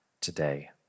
today